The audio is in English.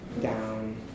down